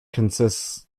consists